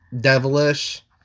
devilish